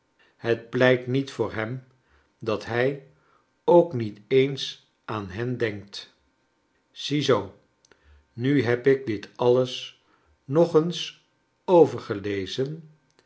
het pleii niet voor hem dat hij ook niet eens aan hen denkt ziezoo nu heb ik dit alles nog eens